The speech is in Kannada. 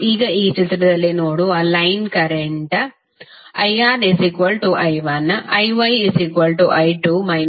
ಈಗ ಈ ಚಿತ್ರದಲ್ಲಿ ನೋಡುವ line current IR I1 IY I2 − I1 and IB −I2